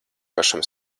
pašam